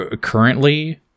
Currently